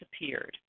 disappeared